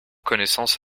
connaissance